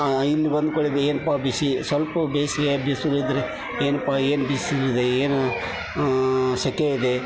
ಇಲ್ಲಿ ಬಂದಕೂಡ್ಲೆ ಏನಪ್ಪಾ ಬಿಸಿ ಸ್ವಲ್ಪ ಬೇಸಿಗೆಯ ಬಿಸಿಲು ಇದ್ದರೆ ಏನಪ್ಪಾ ಏನು ಬಿಸಿಲು ಇದೆ ಏನು ಸೆಕೆ ಇದೆ